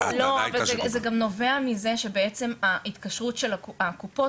אבל זה גם נובע מזה שגם ההתקשרות של הקופות.